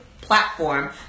platform